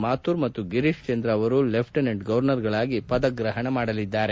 ಮಾಥುರ್ ಮತ್ತು ಗಿರೀಶ್ ಚಂದ್ರ ಅವರು ಲೆಫ್ವೆನೆಂಟ್ ಗವರ್ನರ್ಗಳಾಗಿ ಪದಗ್ರಹಣ ಮಾಡಲಿದ್ದಾರೆ